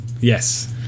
Yes